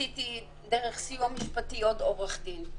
ניסיתי דרך הסיוע המשפטי עורך דין נוסף.